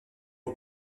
aux